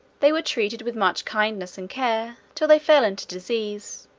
they were treated with much kindness and care, till they fell into diseases,